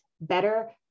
better